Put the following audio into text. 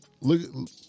look